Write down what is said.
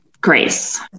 Grace